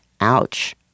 ouch